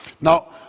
Now